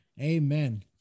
amen